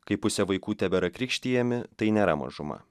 kaip pusė vaikų tebėra krikštijami tai nėra mažuma